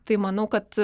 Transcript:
tai manau kad